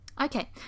Okay